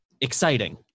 exciting